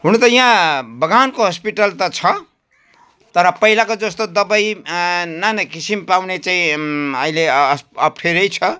हुनु त यहाँ बगानको हस्पिटल त छ तर पहिलाको जस्तो दबाई नाना किसिम पाउने चाहिँ अहिले अप अप्ठ्यारै छ